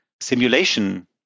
simulation